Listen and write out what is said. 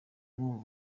numva